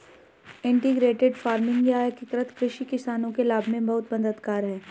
integrated farming या एकीकृत कृषि किसानों के लाभ में बहुत मददगार है